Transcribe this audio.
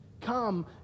Come